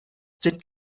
sind